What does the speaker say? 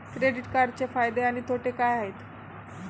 Credit कार्डचे फायदे आणि तोटे काय आहेत?